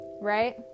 Right